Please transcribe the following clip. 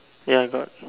ya got